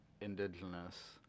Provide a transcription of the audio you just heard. indigenous